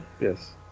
yes